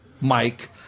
Mike